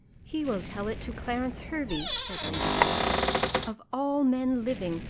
he will tell it to clarence hervey, said lady delacour of all men living,